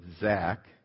Zach